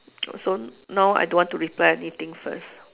so now I don't want to reply anything first